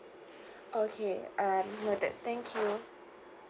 okay um know that thank you